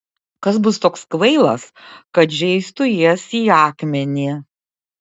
kas bus toks kvailas kad žeistų jas į akmenį